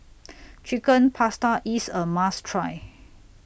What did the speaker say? Chicken Pasta IS A must Try